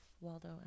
Waldo